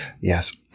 Yes